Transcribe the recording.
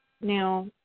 Now